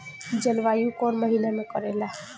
जलवायु कौन महीना में करेला?